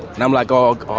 and i'm like, oh,